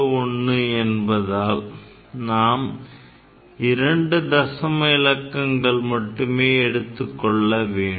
01 என்பதால் நாம் இரண்டு தசம இலக்கங்களை மட்டுமே எடுத்துக்கொள்ள வேண்டும்